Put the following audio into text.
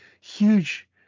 huge